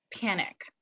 panic